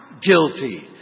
Guilty